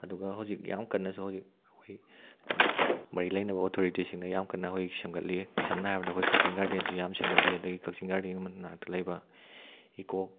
ꯑꯗꯨꯒ ꯍꯧꯖꯤꯛ ꯌꯥꯝ ꯀꯟꯅꯁꯨ ꯍꯧꯖꯤꯛ ꯑꯩꯈꯣꯏ ꯃꯔꯤ ꯂꯩꯅꯕ ꯑꯣꯊꯣꯔꯤꯇꯤ ꯁꯤꯡꯅ ꯌꯥꯝ ꯀꯟꯅ ꯑꯩꯈꯣꯏ ꯁꯦꯝꯒꯠꯂꯤ ꯁꯝꯅ ꯍꯥꯏꯔꯕꯗ ꯑꯩꯈꯣꯏ ꯀꯛꯆꯤꯡ ꯒꯥꯔꯗꯦꯟꯁꯨ ꯌꯥꯝ ꯁꯦꯝꯒꯠꯂꯤ ꯑꯗꯨꯗꯒꯤ ꯀꯛꯆꯤꯡ ꯒꯥꯔꯗꯦꯟꯒꯤ ꯃꯅꯥꯛꯇ ꯂꯩꯕ ꯏꯀꯣ